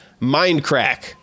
mindcrack